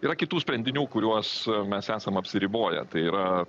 yra kitų sprendinių kuriuos mes esam apsiriboję tai yra